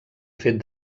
fet